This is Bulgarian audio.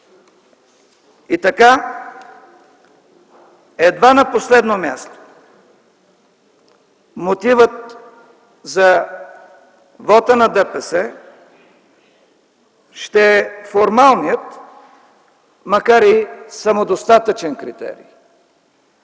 И така, едва на последно място, мотивът за вота на ДПС ще е формалният, макар и самодостатъчен критерий.